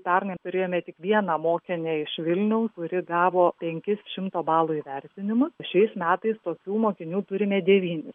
pernai turėjome tik vieną mokinę iš vilniaus kuri gavo penkis šimto balų įvertinimus šiais metais tokių mokinių turime devynis